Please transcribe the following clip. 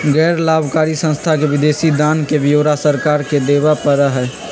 गैर लाभकारी संस्था के विदेशी दान के ब्यौरा सरकार के देवा पड़ा हई